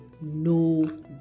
no